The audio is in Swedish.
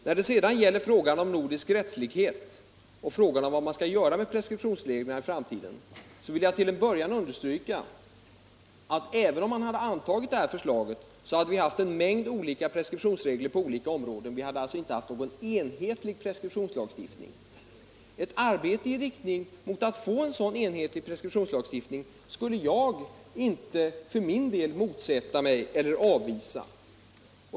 När det sedan gäller frågorna om nordisk rättslikhet och om vad man skall göra med preskriptionsreglerna i framtiden vill jag till en början understryka att även om vi hade antagit det här förslaget, hade vi haft en mängd olika preskriptionsregler på olika områden. Vi hade alltså inte haft någon enhetlig preskriptionslagstiftning. Ett arbete i riktning mot att få en sådan enhetlig preskriptionslagstiftning skulle jag inte för min del motsätta mig eller avvisa.